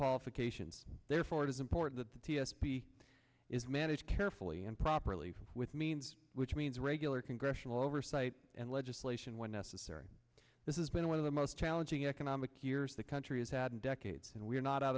qualifications therefore it is important that the t s p is managed carefully and properly with means which means regular congressional oversight and legislation when necessary this is been one of the most challenging economic years the country has had in decades and we are not out